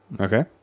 Okay